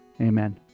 Amen